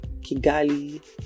Kigali